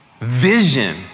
vision